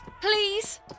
Please